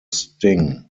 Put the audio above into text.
sting